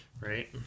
right